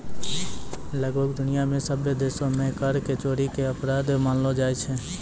लगभग दुनिया मे सभ्भे देशो मे कर के चोरी के अपराध मानलो जाय छै